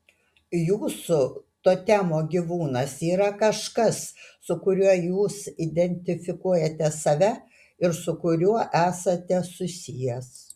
jūsų totemo gyvūnas yra kažkas su kuriuo jūs identifikuojate save ir su kuriuo esate susijęs